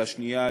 והשנייה,